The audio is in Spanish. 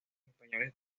españoles